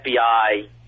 FBI